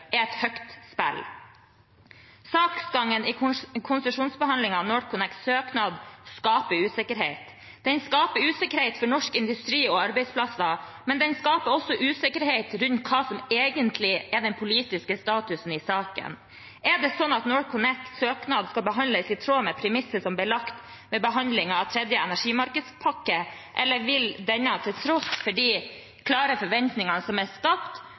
er et høyt spill. Saksgangen i konsesjonsbehandlingen av NorthConnects søknad skaper usikkerhet. Den skaper usikkerhet for norsk industri og norske arbeidsplasser, men den skaper også usikkerhet rundt hva som egentlig er den politiske statusen i saken. Er det sånn at NorthConnects søknad skal behandles i tråd med premisset som ble lagt ved behandlingen av tredje energimarkedspakke, eller vil denne, til tross for de klare forventningene som er skapt,